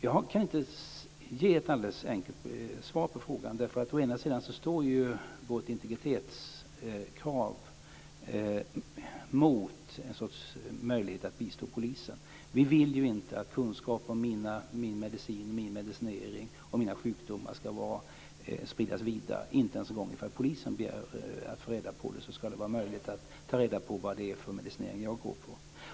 Jag kan inte ge ett alldeles enkelt svar på frågan. Å ena sidan står vårt integritetskrav mot en sorts möjlighet att bistå polisen. Vi vill inte att kunskap om vår medicinering och våra sjukdomar ska spridas vidare. Inte ens om polisen begär att få reda på det ska det vara möjligt att ta reda på vilken medicinering jag går på.